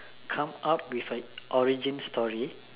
come up with an origin story